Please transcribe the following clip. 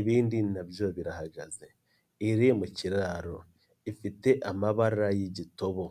ibindi na byo birahagaze, iri mu kiraro ifite amabara y'igitobo.